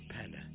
Panda